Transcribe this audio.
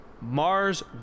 Mars